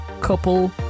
Couple